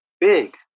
big